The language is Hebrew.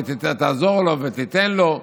תעזור לו ותיתן לו.